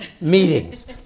Meetings